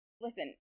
listen